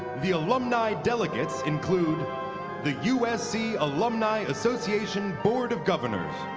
the alumni delegates include the usc alumni association board of governors,